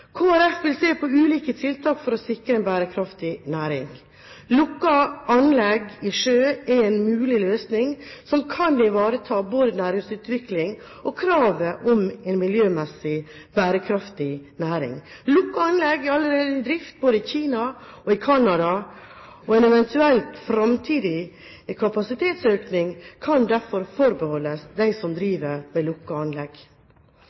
vil se på ulike tiltak for å sikre en bærekraftig næring. Lukkede anlegg i sjø er en mulig løsning som kan ivareta både næringsutvikling og kravet om en miljømessig bærekraftig næring. Lukkede anlegg er allerede i drift i både Kina og Canada, og en eventuell framtidig kapasitetsøkning kan derfor forbeholdes dem som driver med lukkede anlegg.